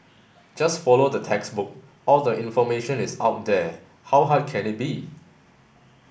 just follow the textbook all the information is out there how hard can it be